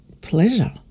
pleasure